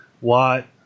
Watt